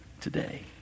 today